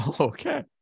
Okay